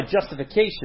justification